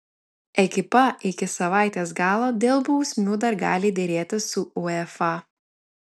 ekipa iki savaitės galo dėl bausmių dar gali derėtis su uefa